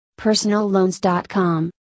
Personalloans.com